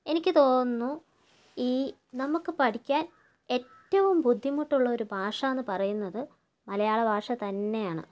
എനിക്ക് തോന്നുന്നു ഈ നമുക്ക് പഠിക്കാൻ ഏറ്റവും ബുദ്ധിമുട്ടുള്ളൊരു ഭാഷയെന്ന് പറയുന്നത് മലയാള ഭാഷ തന്നെയാണ്